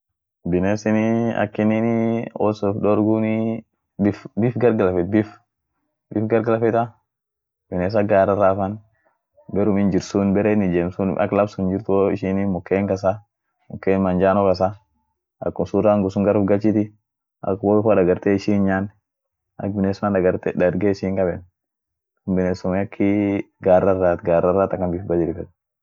biesinii akininii won sun uf dorgunii bif-bifgargalfet bif' bifgargalfeta bines ak gararan fan berum inin jir sun bare inin ijem sun ak laf sun jirt woishin in muken kasa, muken manjano kasa, harkum surran akumsun gar ufgalchiti ak wou fa dagarte ishi hin'nyan, ak biness fan dagarte- darge ishi hin'nyan ak biness fan darge ishi hinkaben binesum akii gararaat, gararaat akan bif badilifeta.